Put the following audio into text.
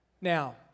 Now